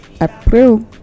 april